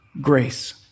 grace